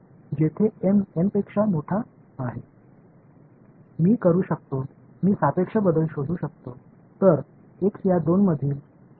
எனவே இந்த x இரண்டிற்கும் உள்ள வித்தியாசம் ஆற்றலில் எவ்வளவு வித்தியாசம் உள்ளது என்பதை அறிய இந்த வெக்டர் விதிமுறையை நான் பயன்படுத்த முடியும்